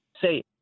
say